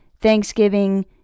Thanksgiving